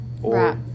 Right